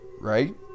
right